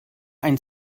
ein